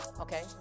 Okay